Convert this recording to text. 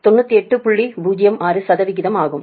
06 ஆகும்